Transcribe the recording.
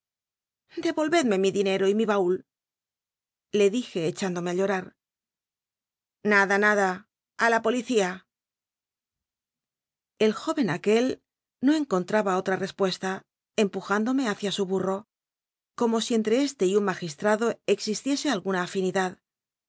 devolvedme mi dinero y mi baul lo dije echlindom c á llorar nada nada a la policía el joven aquel no encontraba otra respuesta empuj índome bacía su bu rro como si ente este y un magistrado existiese alguna afin